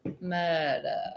murder